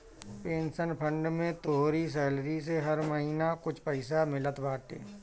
pension fund में तोहरी salary से हर महिना कुछ पईसा मिलत बाटे